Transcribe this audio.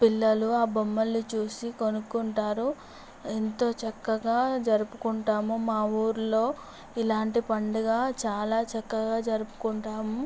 పిల్లలు ఆ బొమ్మల్ని చూసి కొనుక్కుంటారు ఎంతో చక్కగా జరుపుకుంటాము మా ఊరిలో ఇలాంటి పండుగ చాలా చక్కగా జరుపుకుంటాము